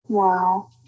Wow